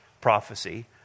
prophecy